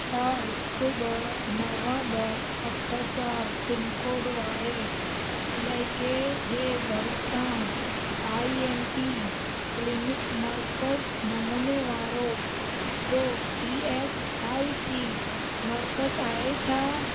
छा हिकु ॿ नव ॿ अठ चारि पिनकोड वारे इलाइक़े जे भरिसां आई एम पी क्लिनिक मर्कज़ नमूने वारो को ई एस आई सी मर्कज़ आहे छा